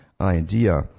idea